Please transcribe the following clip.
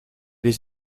les